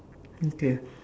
okay